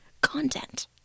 content